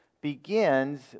begins